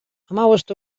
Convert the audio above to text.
hamabost